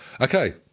Okay